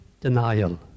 denial